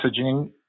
messaging